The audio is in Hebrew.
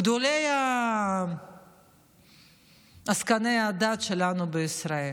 גדולי עסקני הדת שלנו בישראל,